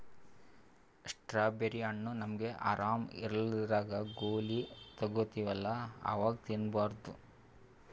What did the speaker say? strawberry ಹಣ್ಣ್ ನಮ್ಗ್ ಆರಾಮ್ ಇರ್ಲಾರ್ದಾಗ್ ಗೋಲಿ ತಗೋತಿವಲ್ಲಾ ಅವಾಗ್ ತಿನ್ಬಾರ್ದು